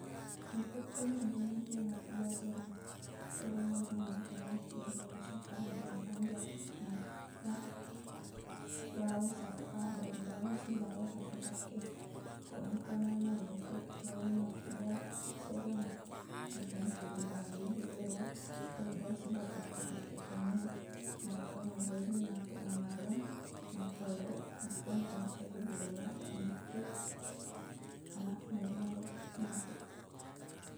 Mappekko manuq-manuq e makkibbuwaq sereng ero manuq-manuq e lo joloq sappaq onrong makanjaq nappa lao sappaq daung-daung sibawa takke-takke ko engkana naruntuk laoni makkibbuwaq sereng napancaji mallibu ero daung-daung sibawa takke-takke pongnge nappa naonroini matuq mangerreng mattelloq nappa napancaji bola untuk anak manuq-manuq matuq